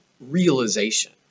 realization